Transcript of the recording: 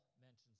mentions